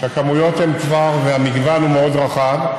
והכמויות הן כבר, המגוון הוא מאוד רחב,